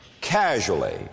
casually